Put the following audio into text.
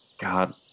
God